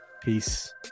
peace